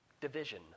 division